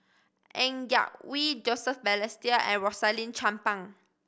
Ng Yak Whee Joseph Balestier and Rosaline Chan Pang